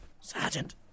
Sergeant